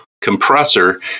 compressor